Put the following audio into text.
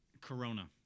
Corona